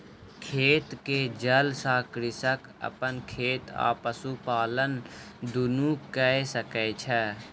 खेत के जल सॅ कृषक अपन खेत आ पशुपालन दुनू कय सकै छै